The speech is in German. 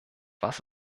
was